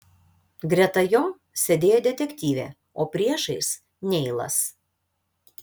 greta jo sėdėjo detektyvė o priešais neilas